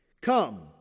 Come